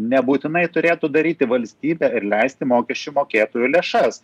nebūtinai turėtų daryti valstybė ir leisti mokesčių mokėtojų lėšas